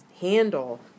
handle